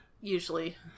usually